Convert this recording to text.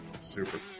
Super